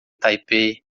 taipei